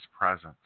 presence